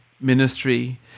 ministry